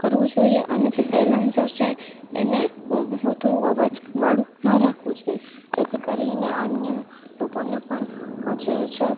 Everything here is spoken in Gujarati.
કરવું જોઈએ અને જે સાઇલેન્સર છે એને વધુ અવાજવાળું ન રાખવું જોઈએ જેથી કરીને અન્ય લોકોને પણ જે છે